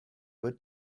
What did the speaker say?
wyt